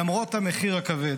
למרות המחיר הכבד,